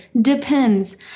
Depends